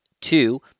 Two